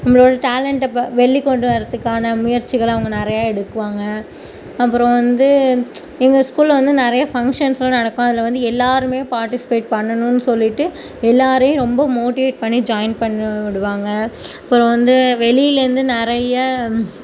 நம்மளோடய டேலன்ட்டப்போ வெளிக்கொண்டு வர்றதுக்கான முயற்சிகள்லாம் நிறையா எடுக்குவாங்க அப்புறம் வந்து எங்கள் ஸ்கூலில் வந்து நிறைய ஃபங்ஷன்ஸுலாம் நடக்கும் அதில் வந்து எல்லோருமே பார்ட்டிசிபேட் பண்ணணும்ன்னு சொல்லிவிட்டு எல்லோரையும் ரொம்ப மோட்டிவேட் பண்ணி ஜாயின் பண்ணி விடுவாங்க அப்புறம் வந்து வெளிலேருந்து நிறைய